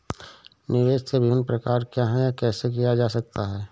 निवेश के विभिन्न प्रकार क्या हैं यह कैसे किया जा सकता है?